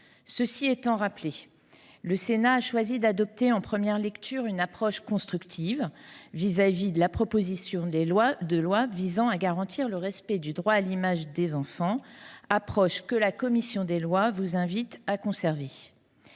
Cela étant rappelé, le Sénat a choisi d’adopter en première lecture une approche constructive vis à vis de la présente proposition de loi visant à garantir le respect du droit à l’image des enfants, approche que la commission des lois vous invite à conserver,